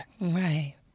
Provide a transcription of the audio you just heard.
Right